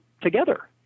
together